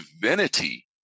divinity